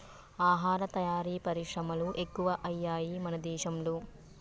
ఆహార తయారీ పరిశ్రమలు ఎక్కువయ్యాయి మన దేశం లో